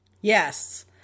Yes